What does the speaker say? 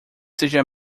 seja